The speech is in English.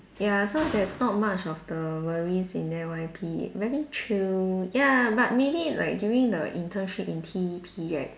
ya so there's not much of the worries in N_Y_P maybe chill ya but maybe like during the internship in T_E_P right